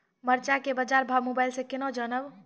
मरचा के बाजार भाव मोबाइल से कैनाज जान ब?